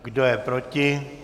Kdo je proti?